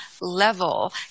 level